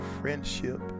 friendship